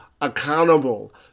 accountable